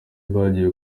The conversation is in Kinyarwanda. bagiye